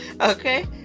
Okay